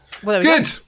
Good